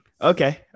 Okay